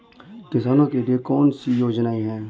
किसानों के लिए कौन कौन सी योजनाएं हैं?